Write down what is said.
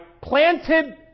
planted